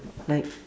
like